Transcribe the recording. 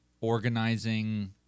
organizing